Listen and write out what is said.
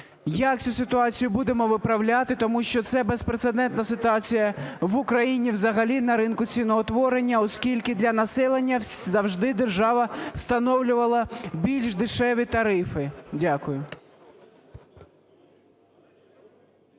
Як цю ситуацію будемо виправляти, тому що це безпрецедентна ситуація в Україні взагалі на ринку ціноутворення, оскільки для населення завжди держава встановлювала більш дешеві тарифи? Дякую.